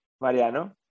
Mariano